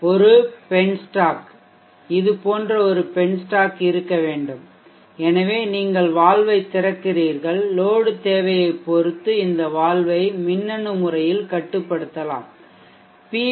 ஒரு பென்ஸ்டாக் இது போன்ற ஒரு பென்ஸ்டாக் இருக்க வேண்டும் எனவே நீங்கள் வால்வைத் திறக்கிறீர்கள் லோடு தேவையைப் பொறுத்து இந்த வால்வை மின்னணு முறையில் கட்டுப்படுத்தலாம் பி